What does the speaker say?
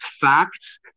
facts